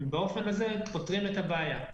ובאופן הזה פותרים את הבעיה.